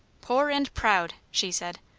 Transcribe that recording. poor and proud! she said.